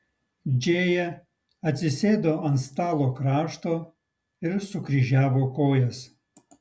džėja atsisėdo ant stalo krašto ir sukryžiavo kojas